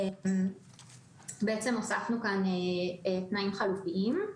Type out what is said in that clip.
בעצם הוספנו כאן תנאים חלופיים.